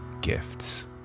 gifts